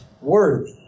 worthy